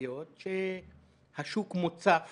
אישיות שהשוק מוצף